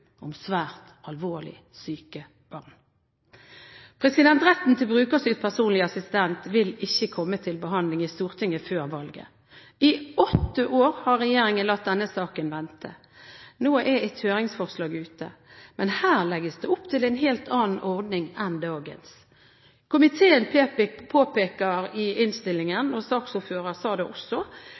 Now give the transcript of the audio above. om svært alvorlig syke barn. Retten til brukerstyrt personlig assistent vil ikke komme til behandling i Stortinget før valget. I åtte år har regjeringen latt denne saken vente. Nå er et høringsforslag ute, men her legges det opp til en helt annen ordning enn dagens. Komiteen påpeker i innstillingen – og saksordføreren sa det også